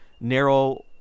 narrow